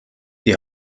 die